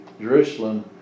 Jerusalem